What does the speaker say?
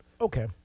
Okay